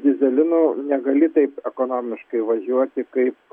dyzelinu negali taip ekonomiškai važiuoti kaip